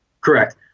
Correct